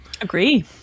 Agree